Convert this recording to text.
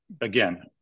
again